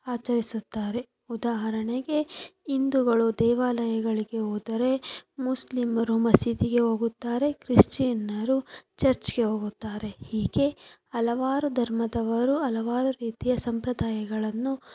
ಆಚರಿಸುತ್ತಾರೆ ಉದಾಹರಣೆಗೆ ಹಿಂದೂಗಳು ದೇವಾಲಯಗಳಿಗೆ ಹೋದರೆ ಮುಸ್ಲಿಮರು ಮಸೀದಿಗೆ ಹೋಗುತ್ತಾರೆ ಕ್ರಿಶ್ಚಿಯನ್ನರು ಚರ್ಚಿಗೆ ಹೋಗುತ್ತಾರೆ ಹೀಗೆ ಹಲವಾರು ಧರ್ಮದವರು ಹಲವಾರು ರೀತಿಯ ಸಂಪ್ರದಾಯಗಳನ್ನು